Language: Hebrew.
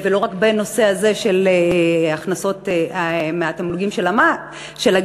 ולא רק בנושא הזה של הכנסות מהתמלוגים של הגז,